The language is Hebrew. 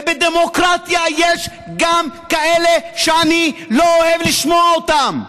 ובדמוקרטיה יש גם כאלה שאני לא אוהב לשמוע אותם,